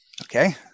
Okay